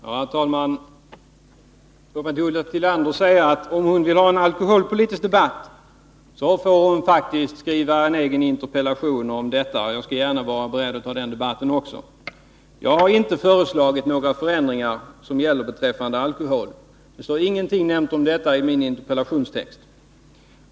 Herr talman! Låt mig till Ulla Tillander säga att om hon vill ha en alkoholpolitisk debatt, får hon faktiskt skriva en egen interpellation om detta. Jag är beredd att ta även den debatten. Jag har inte föreslagit några förändringar beträffande alkoholen. Det står heller ingenting nämnt om detta i interpellationen.